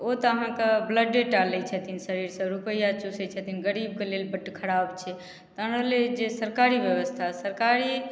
ओ तऽ अहाँके ब्लडे टा लै छथिन शरीर से रुपैआ चूसै छथिन गरीबके लेल बड्ड खराब छै तखन रहलै जे सरकारी व्यवस्था सरकारी